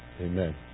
amen